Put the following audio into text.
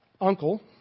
uncle